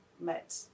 met